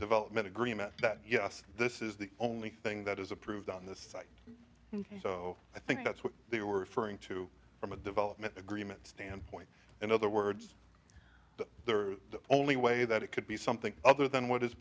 development agreement that yes this is the only thing that is approved on the site so i think that's what they were referring to from a development agreement standpoint in other words the only way that it could be something other than what is